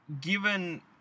given